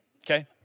Okay